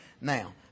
now